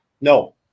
No